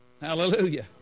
hallelujah